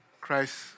Christ